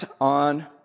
on